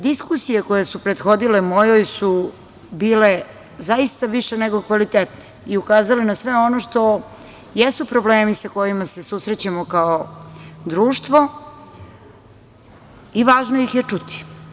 Diskusije koje su prethodile mojoj su bile zaista više nego kvalitetne i ukazale su na sve ono što jesu problemi sa kojima se susrećemo kao društvo i važno ih je čuti.